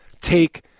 take